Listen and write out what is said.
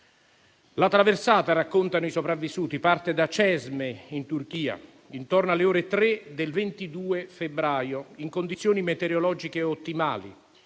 La traversata - raccontano i sopravvissuti - parte da Cesme, in Turchia, intorno alle ore 3 del 22 febbraio, in condizioni meteorologiche ottimali;